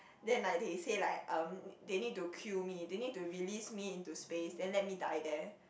then like they said like um they need to kill me they need to release me into space then let me die there